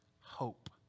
hope